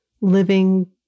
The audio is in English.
living